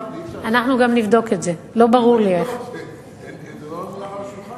זה לא הונח על השולחן, אי-אפשר להעלות את זה.